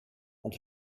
ond